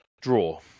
Draw